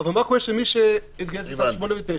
אבל מה קורה עם מי שמתגייס בצו 8, 9?